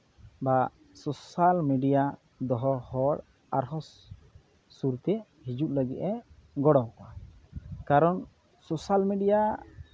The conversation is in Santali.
ᱵᱟ ᱥᱳᱥᱟᱞ ᱢᱤᱰᱤᱭᱟ ᱫᱚᱦᱚ ᱦᱚᱲ ᱟᱨᱦᱚᱸ ᱥᱩᱨᱛᱮ ᱦᱤᱡᱩᱜ ᱞᱟᱹᱜᱤᱫ ᱮ ᱜᱚᱲᱚ ᱟᱠᱚᱣᱟ ᱠᱟᱨᱚᱱ ᱥᱳᱥᱟᱞ ᱢᱤᱰᱤᱭᱟ